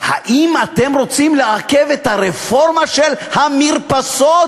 האם אתם רוצים לעכב את הרפורמה של המרפסות?